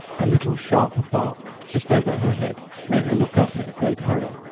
a little sharp bark just over her head made her look up in a great hurry.